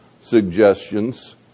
suggestions